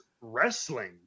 wrestling